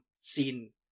scene